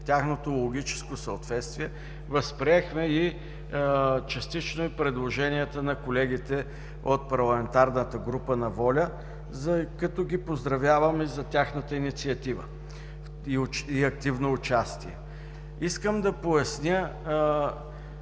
тяхното логическо съответствие възприехме частично и предложенията на колегите от парламентарната група на „Воля“, като ги поздравяваме за тяхната инициатива и активно участие. Искам да поясня